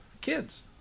kids